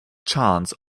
chance